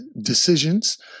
Decisions